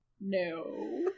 No